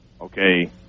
Okay